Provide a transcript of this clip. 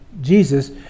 Jesus